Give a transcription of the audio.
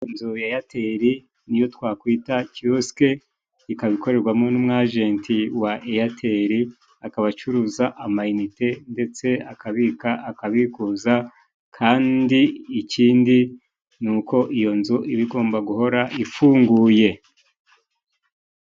Inzu ya Eyateli niyo twakwita kiyoske, ikaba ikoregwamo n'umwajenti wa Eyateli, akaba acuruza ama inite ndetse akabika, akabikuza kandi ikindi ni uko iyo nzu iba igomba guhora ifunguye.